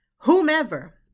whomever